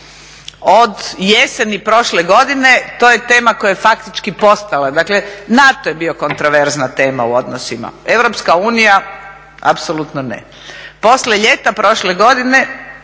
Od jeseni prošle godine to je tema koja je faktički postala, dakle NATO je bio kontroverzna tema u odnosima, Europska unija apsolutno ne. Poslije ljeta prošle godine,